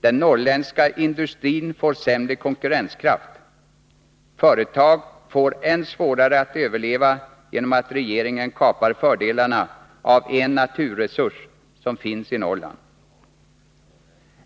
Den norrländska industrin får sämre konkurrenskraft. Det blir än svårare för företagen att överleva genom att regeringen kapar fördelarna med en naturresurs som finns i Norrland.